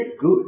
good